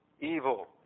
evil